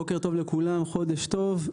בוקר טוב לכולם, חודש טוב.